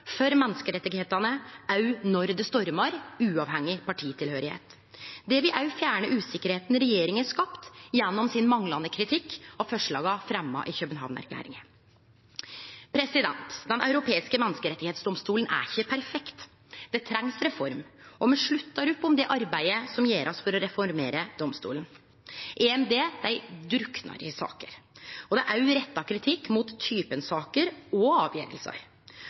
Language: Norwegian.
for folk og for menneskerettane òg når det stormar, uavhengig av partitilhøyrsle. Det vil òg fjerne usikkerheita regjeringa har skapt gjennom sin manglande kritikk av forslaga som er fremja i København-erklæringa. Den europeiske menneskerettsdomstolen er ikkje perfekt. Det trengst reform, og me sluttar opp om det arbeidet som blir gjort for å reformere domstolen. EMD druknar i saker, og det er retta kritikk mot typen saker og